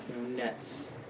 nets